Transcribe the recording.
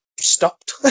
stopped